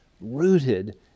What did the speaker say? rooted